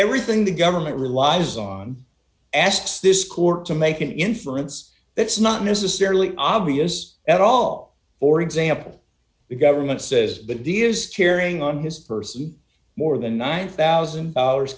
everything the government relies on asks this court to make an inference that's not necessarily obvious at all for example the government says but deers carrying on his person more than nine thousand dollars